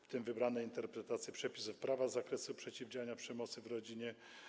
Wybrane interpretacje przepisów prawa z zakresu przeciwdziałania przemocy w rodzinie”